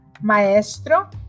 Maestro